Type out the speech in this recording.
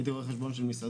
הייתי רואה חשבון של מסעדות,